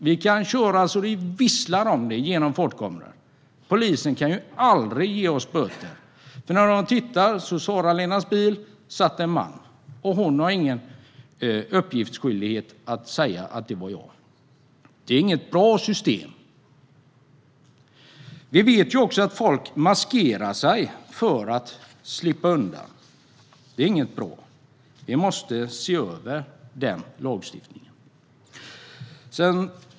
Då kan vi köra förbi fartkamerorna så det visslar - polisen kan aldrig ge oss böter. På bilderna kan de ju se att det satt en man i Sara-Lenas bil, och hon har ingen skyldighet att lämna uppgift om att det var jag. Det är inget bra system. Vi vet också att folk maskerar sig för att slippa undan. Det är inte bra. Vi måste se över den lagstiftningen.